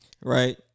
right